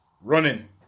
running